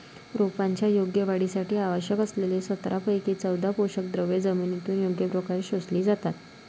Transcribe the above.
रोपांच्या योग्य वाढीसाठी आवश्यक असलेल्या सतरापैकी चौदा पोषकद्रव्ये जमिनीतून योग्य प्रकारे शोषली जातात